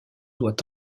doit